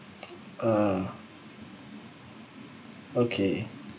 uh okay